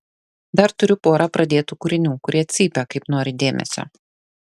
dar turiu porą pradėtų kūrinių kurie cypia kaip nori dėmesio